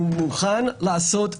הוא מוכן לעשות בידוד.